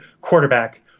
quarterback